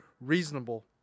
reasonable